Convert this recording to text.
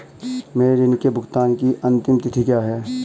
मेरे ऋण के भुगतान की अंतिम तिथि क्या है?